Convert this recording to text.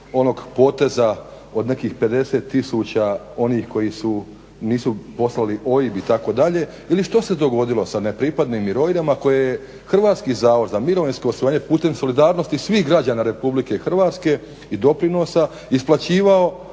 onog poteza od nekih 50 tisuća koji nisu poslali OIB itd. ili što se dogodilo sa nepripadnim mirovinama koje je HZMO putem solidarnosti svih građana RH i doprinosa isplaćivao